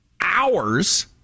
hours